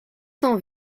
cent